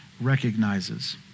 recognizes